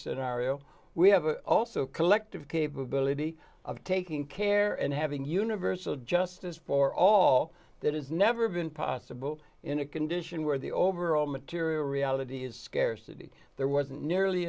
scenario we have also collective capability of taking care and having universal justice for all that is never been possible in a condition where the overall material reality is scarcity there wasn't nearly